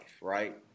Right